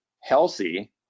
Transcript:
healthy